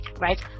right